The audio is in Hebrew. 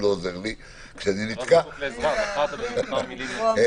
לגבי